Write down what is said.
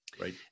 right